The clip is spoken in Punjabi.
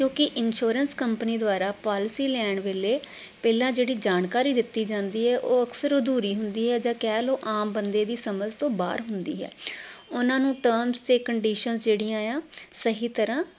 ਕਿਉਂਕਿ ਇੰਸ਼ੋਰੈਂਸ ਕੰਪਨੀ ਦੁਆਰਾ ਪੋਲਿਸੀ ਲੈਣ ਵੇਲੇ ਪਹਿਲਾਂ ਜਿਹੜੀ ਜਾਣਕਾਰੀ ਦਿੱਤੀ ਜਾਂਦੀ ਹੈ ਉਹ ਅਕਸਰ ਅਧੂਰੀ ਹੁੰਦੀ ਹੈ ਜਾਂ ਕਹਿ ਲਓ ਆਮ ਬੰਦੇ ਦੀ ਸਮਝ ਤੋਂ ਬਾਹਰ ਹੁੰਦੀ ਹੈ ਉਹਨਾਂ ਨੂੰ ਟਰਮਸ ਅਤੇ ਕੰਡੀਸ਼ਨ ਜਿਹੜੀਆਂ ਆ ਸਹੀ ਤਰ੍ਹਾਂ